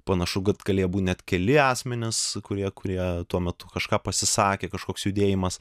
panašu kad galėjo būtet nkeli asmenys kurie kurie tuo metu kažką pasisakė kažkoks judėjimas